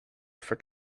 for